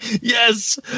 Yes